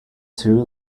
too